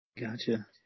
gotcha